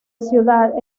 ciudad